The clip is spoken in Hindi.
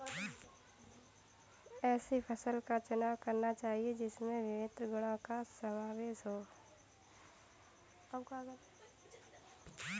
ऐसी फसल का चुनाव करना चाहिए जिसमें विभिन्न गुणों का समावेश हो